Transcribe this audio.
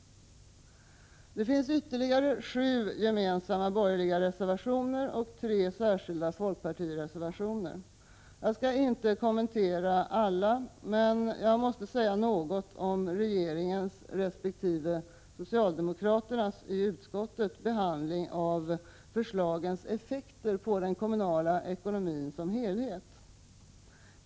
Det finns ytterligare sju gemensamma borgerliga reservationer och tre särskilda folkpartireservationer. Jag skall inte kommentera alla, men jag måste säga något om regeringens resp. socialdemokraternas i utskottet bedömning av förslagens effekter på den kommunala ekonomin som helhet.